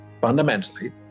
fundamentally